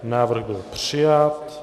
Návrh byl přijat.